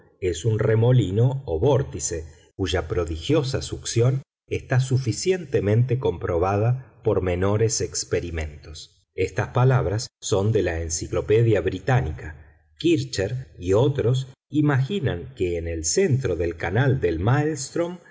es un remolino o vórtice cuya prodigiosa succión está suficientemente comprobada por menores experimentos estas palabras son de la encyclopaedia britannica kírcher y otros imaginan que en el centro del canal del maelstrm